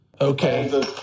Okay